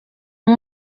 uyu